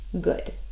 good